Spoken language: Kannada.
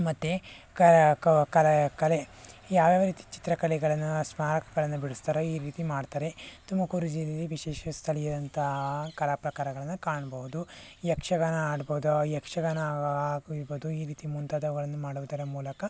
ಮತ್ತು ಕರ ಕರೆ ಕಲೆ ಯಾವ ಯಾವ ರೀತಿ ಚಿತ್ರ ಕಲೆಗಳನ್ನು ಸ್ಮಾರಕಗಳನ್ನು ಬಿಡ್ಸ್ತಾರೋ ಈ ರೀತಿ ಮಾಡ್ತಾರೆ ತುಮಕೂರು ಜಿಲ್ಲೆಯಲ್ಲಿ ವಿಶೇಷ ಸ್ಥಳೀಯ ಅಂತಹ ಕಲಾ ಪ್ರಕಾರಗಳನ್ನು ಕಾಣ್ಭೌದು ಯಕ್ಷಗಾನ ಆಡ್ಬೋದು ಯಕ್ಷಗಾನ ಹಾಗೂ ಇಗೋದು ಈ ರೀತಿ ಮುಂತಾದವುಗಳನ್ನು ಮಾಡುವುದರ ಮೂಲಕ